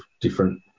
different